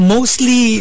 Mostly